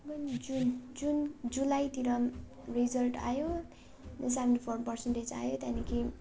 जुन जुन जुन जुलाईतिर रिजल्ट आयो सेभेन्टी फोर पर्सेन्टेज आयो त्यहाँदेखि